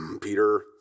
Peter